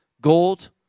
Gold